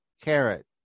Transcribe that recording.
carrot